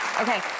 Okay